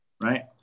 Right